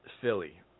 Philly